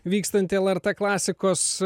vykstantį lrt klasikos